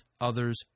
others